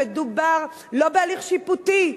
מדובר לא בהליך שיפוטי,